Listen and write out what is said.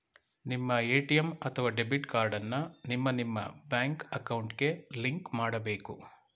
ನಿಮ್ಮ ಎ.ಟಿ.ಎಂ ಅಥವಾ debit card ಅನ್ನ ನಿಮ್ಮ ನಿಮ್ಮ ಬ್ಯಾಂಕ್ ಅಕೌಂಟ್ಗೆ ಲಿಂಕ್ ಮಾಡಬೇಕು